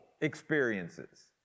experiences